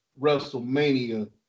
WrestleMania